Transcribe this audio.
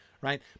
right